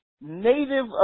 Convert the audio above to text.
Native